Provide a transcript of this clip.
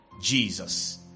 Jesus